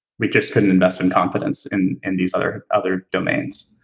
we just couldn't invest in confidence in in these other other domains.